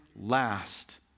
last